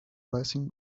blessing